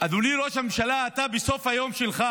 אדוני ראש הממשלה, בסוף היום שלך